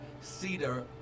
cedar